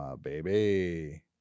baby